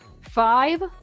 five